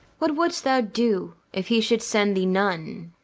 what wouldst thou do, if he should send thee none?